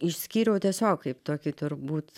išskyriau tiesiog kaip tokį turbūt